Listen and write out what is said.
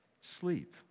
sleep